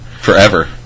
Forever